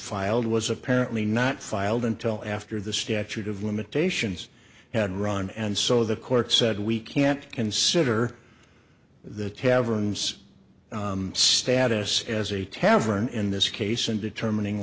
filed was apparently not filed until after the statute of limitations had run and so the court said we can't consider the tavern's status as a tavern in this case and determining